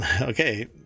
okay